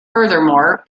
furthermore